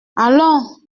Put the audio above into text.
allons